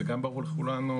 זה גם ברור לכולנו,